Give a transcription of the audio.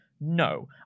No